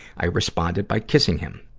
i responded by kissing him.